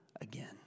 again